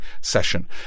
session